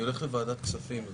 אני הולך לוועדת הכספים.